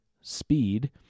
Speed